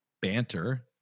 banter